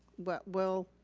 but well,